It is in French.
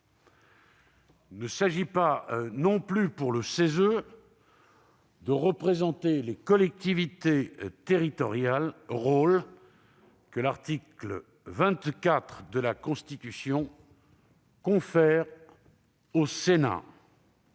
Il ne s'agit pas non plus pour le CESE de représenter les collectivités territoriales, rôle que l'article 24 de la Constitution confère au Sénat.